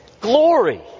Glory